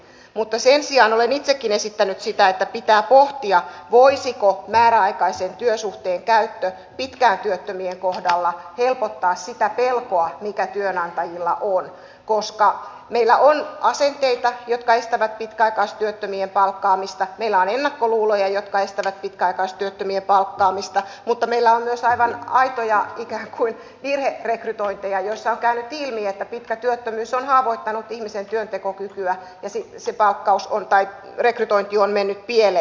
mutta sen sijaan olen itsekin esittänyt sitä että pitää pohtia voisiko määräaikaisen työsuhteen käyttö pitkään työttömänä olevien kohdalla helpottaa sitä pelkoa mikä työnantajilla on koska meillä on asenteita jotka estävät pitkäaikaistyöttömien palkkaamista meillä on ennakkoluuloja jotka estävät pitkäaikaistyöttömien palkkaamista mutta meillä on myös aivan aitoja ikään kuin virherekrytointeja joissa on käynyt ilmi että pitkä työttömyys on haavoittanut ihmisen työntekokykyä ja se palkkaus tai rekrytointi on mennyt pieleen